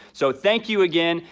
so thank you again.